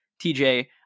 tj